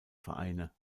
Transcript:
vereine